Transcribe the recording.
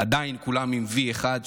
עדיין כולם עם "וי" אחד,